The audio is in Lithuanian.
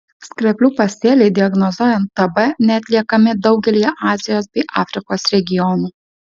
skreplių pasėliai diagnozuojant tb neatliekami daugelyje azijos bei afrikos regionų